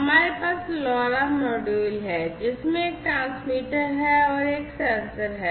हमारे पास LoRa module है जिसमें एक ट्रांसमीटर है और एक सेंसर है